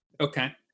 Okay